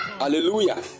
Hallelujah